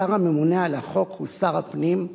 השר הממונה על החוק הוא שר הפנים,